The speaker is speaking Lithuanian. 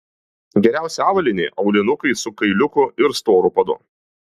geriausia avalynė aulinukai su kailiuku ir storu padu